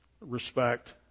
respect